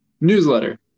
Newsletter